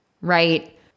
right